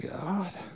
god